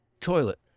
toilet